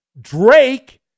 Drake